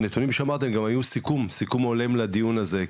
והנתונים שאמרת הם גם היו סיכום הולם לדיון הזה,